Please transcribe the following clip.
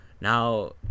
Now